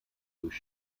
durch